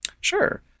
Sure